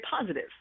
positive